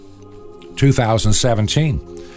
2017